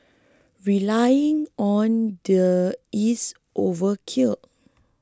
relying on the is overkill